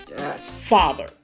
father